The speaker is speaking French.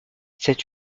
cette